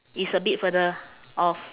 it's a bit further off